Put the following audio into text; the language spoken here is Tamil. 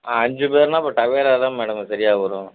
ஆ அஞ்சு பேருன்னால் அப்போ டவேரா தான் மேடம் சரியாக வரும்